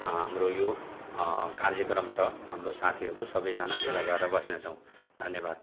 हाम्रो यो कार्यक्रम छ हाम्रो साथीहरू सबैजना भेला भएर बस्नेछौँ धन्यवाद